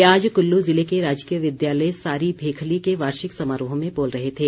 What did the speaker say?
वे आज कुल्लू ज़िले के राजकीय विद्यालय सारी भेखली के वार्षिक समारोह में बोल रहे थे